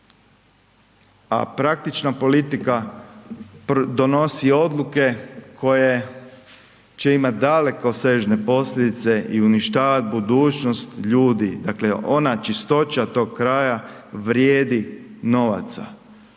A praktična politika donosi odluke koje će imat dalekosežne posljedice i uništavat budućnost ljudi. Dakle, ona čistoća tog kraja vrijedi novaca.